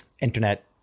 internet